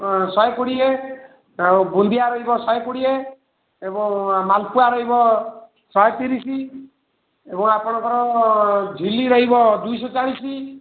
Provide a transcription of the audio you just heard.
ଶହେ କୋଡ଼ିଏ ଆଉ ବୁନ୍ଦିଆ ରହିବ ଶହେ କୋଡ଼ିଏ ଏବଂ ମାଲ୍ପୁଆ ରହିବ ଶହେ ତିରିଶ ଏବଂ ଆପଣଙ୍କର ଝିଲ୍ଲି ରହିବ ଦୁଇଶହ ଚାଳିଶ